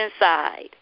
inside